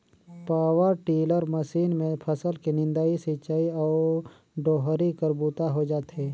power tiller machine मे फसल के निंदई, सिंचई अउ डोहरी कर बूता होए जाथे